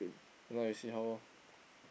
tonight we see how lor